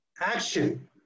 action